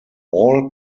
all